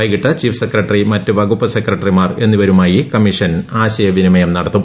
വൈകിട്ട് chief secretary മറ്റ് വകൂപ്പ് സ്ക്രട്ടറിമാർ എന്നിവരുമായി കമ്മീഷൻ ആശയവിനിമയം നടത്തും